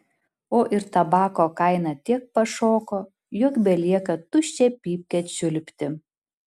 o ir tabako kaina tiek pašoko jog belieka tuščią pypkę čiulpti